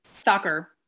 soccer